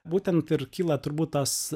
būtent ir kyla turbūt tas